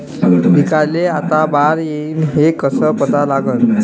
पिकाले आता बार येईन हे कसं पता लागन?